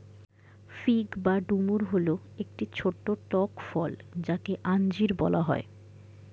fig বা ডুমুর হল একটি ছোট্ট টক ফল যাকে আঞ্জির বলা হয়